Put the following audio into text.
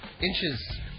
inches